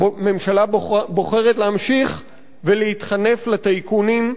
הממשלה בוחרת להמשיך ולהתחנף לטייקונים,